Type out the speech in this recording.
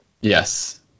Yes